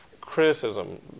criticism